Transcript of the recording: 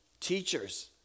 Teachers